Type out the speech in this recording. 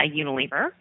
Unilever